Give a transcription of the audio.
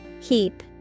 Heap